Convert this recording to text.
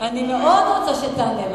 אני מאוד רוצה שתענה,